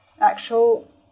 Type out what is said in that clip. actual